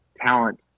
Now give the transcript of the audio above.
talent